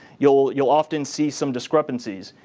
you'll you'll often see some discrepancies.